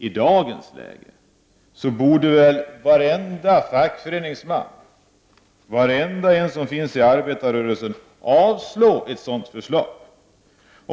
I dagens läge borde väl varenda fackföreningsman och varenda fackföreningsmänniska i arbetarrörelsen avslå ett sådant förslag.